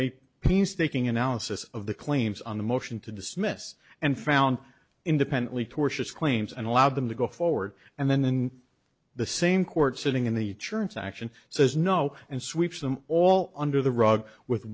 piece taking analysis of the claims on the motion to dismiss and found independently tortious claims and allowed them to go forward and then in the same court sitting in the churns action says no and sweeps them all under the rug with